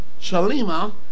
Shalima